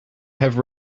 have